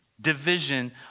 division